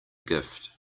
gift